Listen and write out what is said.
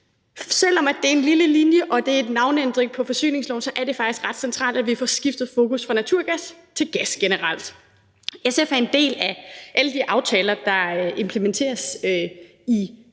Selv om det er en lille linje om en navneændring af forsyningsloven, er det faktisk ret centralt, at vi får skiftet fokus fra naturgas til gas generelt. SF er en del af alle de aftaler, der implementeres i